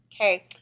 Okay